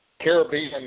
Caribbean